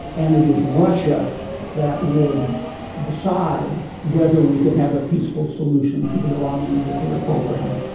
and it is russia that will decide whether we can have a peaceful solution to the iranian nuclear program.